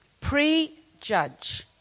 pre-judge